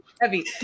heavy